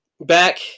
back